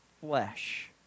flesh